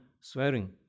swearing